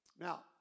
Now